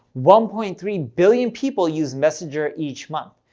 one point three billion people use messenger each month.